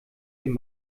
dem